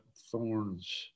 thorns